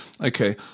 okay